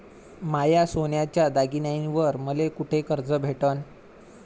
माया सोन्याच्या दागिन्यांइवर मले कुठे कर्ज भेटन?